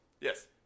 Yes